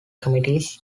committees